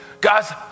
Guys